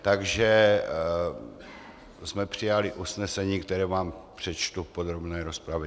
Takže jsme přijali usnesení, které vám přečtu v podrobné rozpravě.